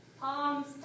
Palms